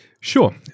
Sure